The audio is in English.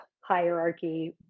hierarchy